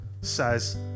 says